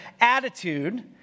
attitude